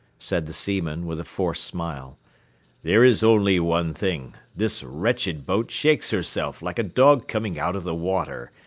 said the seaman, with a forced smile there is only one thing, this wretched boat shakes herself like a dog coming out of the water,